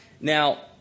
Now